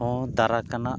ᱦᱮᱸ ᱫᱟᱨᱟᱭ ᱠᱟᱱ ᱱᱟᱦᱟᱜ